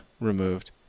removed